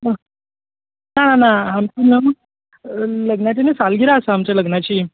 ना ना लग्नाची न्ही सालगिरा आसा आमच्या लग्नाची